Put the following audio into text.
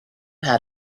how